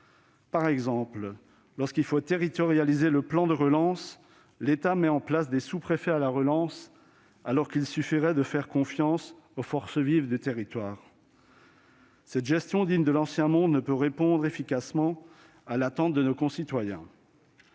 Par exemple, lorsqu'il s'agit de territorialiser le plan de relance, l'État met en place des sous-préfets dédiés à la relance, alors qu'il suffirait de faire confiance aux forces vives des territoires ! Cette gestion digne de « l'ancien monde » ne peut pas répondre efficacement à l'attente de nos concitoyens.